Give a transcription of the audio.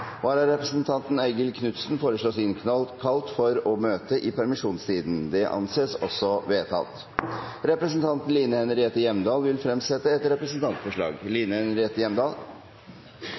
Vararepresentanten, Eigil Knutsen, innkalles for å møte i permisjonstiden. Representanten Line Henriette Hjemdal vil fremsette et representantforslag.